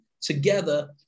together